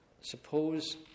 Suppose